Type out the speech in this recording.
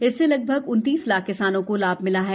इससे लगभग उन्तीस लाख किसानों को लाभ मिला है